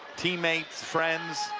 teammates, friends,